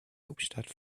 hauptstadt